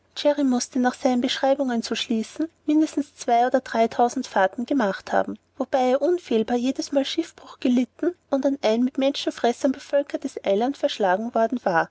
mußte nach seinen beschreibungen zu schließen mindestens zwei oder dreitausend fahrten gemacht haben wobei er unfehlbar jedesmal schiffbruch gelitten und an ein mit menschenfressern bevölkertes eiland verschlagen worden war